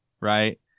right